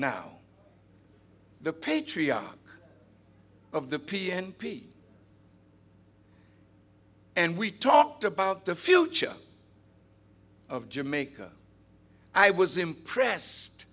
now the patriarch of the p n p and we talked about the future of jamaica i was impressed